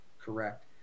correct